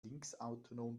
linksautonom